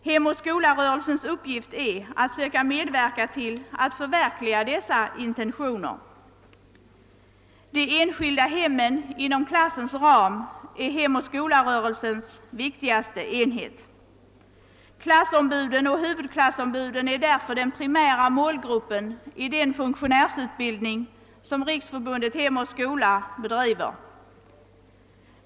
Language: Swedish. Hemoch skolarörelsens uppgift är att söka medverka till att förverkliga dessa intentioner. De enskilda hemmen inom klassens ram är hemoch skolarörelsens viktigaste enhet. Klassombuden och huvudklassombuden är därför den primära målgruppen i den funktionärsutbildning som Riksförbundet Hem och Skola bedriver.